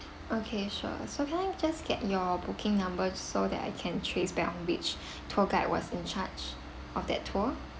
okay sure so can I just get your booking number so that I can trace back on which tour guide was in charge of that tour